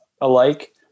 alike